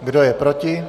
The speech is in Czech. Kdo je proti?